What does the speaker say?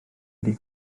ydy